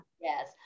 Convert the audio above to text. Yes